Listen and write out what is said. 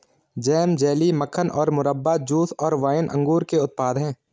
jam, jelly, मक्खन और मुरब्बा, जूस और वाइन अंगूर के उत्पाद हैं